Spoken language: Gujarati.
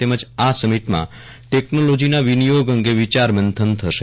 તેમજ આ સમિટમાં ટેકનોલોજીના વિનિયોગ અંગે વિચાર મંથન થશે